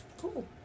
Cool